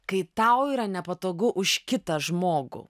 kai tau yra nepatogu už kitą žmogų